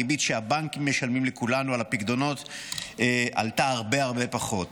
הריבית שהבנקים משלמים לכולנו על הפיקדונות עלתה הרבה הרבה פחות.